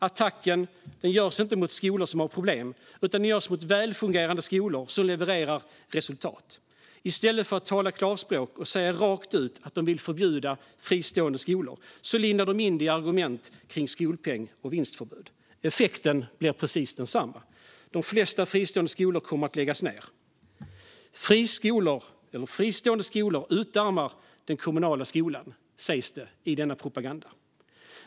Attacken görs inte mot de skolor som har problem utan mot välfungerande skolor som levererar resultat. I stället för att tala klarspråk och säga rakt ut att de vill förbjuda fristående skolor lindar de in det i argument om skolpeng och vinstförbud. Effekten blir densamma. De flesta fristående skolor kommer att läggas ned. Fristående skolor utarmar den kommunala skolan, sägs det i denna propaganda.